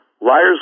liars